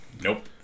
Nope